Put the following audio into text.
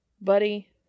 Buddy